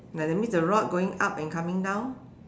that mean the rod going up and coming down